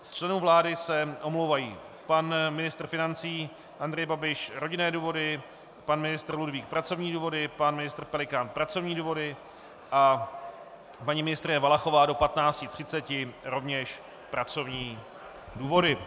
Z členů vlády se omlouvají: pan ministr financí Andrej Babiš rodinné důvody, pan ministr Ludvík pracovní důvody, pan ministr Pelikán pracovní důvody a paní ministryně Valachová do 15.30 rovněž pracovní důvody.